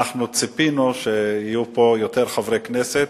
אנחנו ציפינו שיהיו פה יותר חברי כנסת.